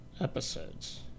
episodes